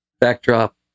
backdrop